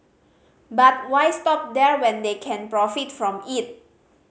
but why stop there when they can profit from it